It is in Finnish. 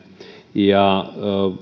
ja kun